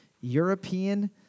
European